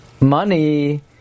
money